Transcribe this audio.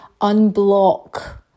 unblock